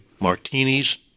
martinis